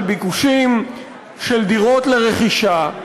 על ביקושים של דירות לרכישה,